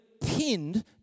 pinned